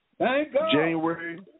January